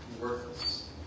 worthless